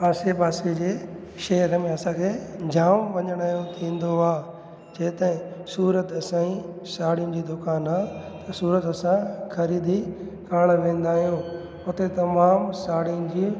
आसे पासे जे शहर में असांखे जाम वञण यो थींदो आहे जीअं त सूरत असांजी साड़ियुनि जो दुकानु आहे त सूरत असां ख़रीदी करणु वेंदा आहियूं हुते तमामु साड़ियुनि जी